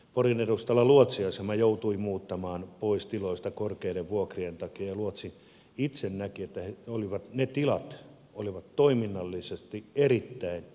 porin edustalla luotsiasema joutui muuttamaan pois tiloista korkeiden vuokrien takia ja luotsi itse näki että ne tilat olivat toiminnallisesti erittäin hyvät